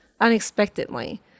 unexpectedly